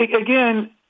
again